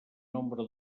nombre